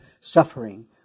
suffering